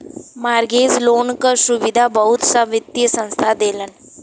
mortgage loan क सुविधा बहुत सा वित्तीय संस्थान देलन